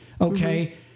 okay